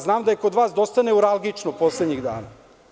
Znam da je kod vas dosta neuralgično poslednjih dana.